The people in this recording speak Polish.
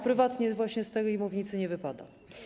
Prywatnie właśnie z tej mównicy nie wypada.